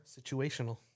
Situational